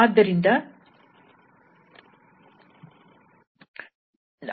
ಇದು ಇಲ್ಲಿ ಸ್ಪಷ್ಟವಾಗಿ ಕಾಣುತ್ತದೆ